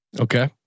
Okay